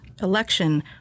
election